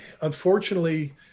unfortunately